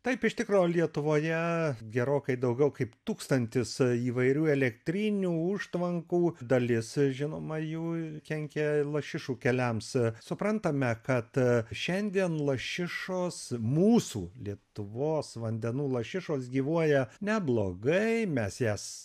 taip iš tikro lietuvoje gerokai daugiau kaip tūkstantis įvairių elektrinių užtvankų dalis žinoma jų kenkia lašišų keliams suprantame kad šiandien lašišos mūsų lietuvos vandenų lašišos gyvuoja neblogai mes jas